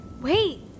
Wait